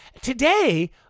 Today